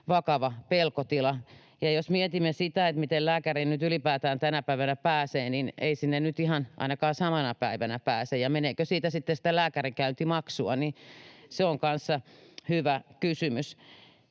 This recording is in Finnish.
vakava pelkotila. Ja jos mietimme, miten lääkäriin nyt ylipäätään tänä päivänä pääsee, niin ei sinne nyt ihan ainakaan samana päivänä pääse, ja se, meneekö siitä sitten lääkärikäyntimaksua, on kanssa hyvä kysymys.